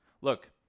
Look